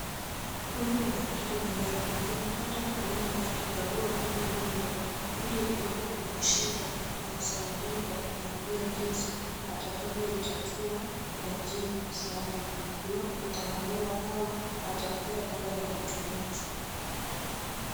Huyu ni daktari wa meno, tunapata kuona akikagua huyu mgonjwa ili iwapo kuna shida amsaidie kwa kumwambia jinsi atakavyoitatua kwa njia ipasavyo. Iwapo itang'olewa au atampea dawa ya kutumia.